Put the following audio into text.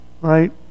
right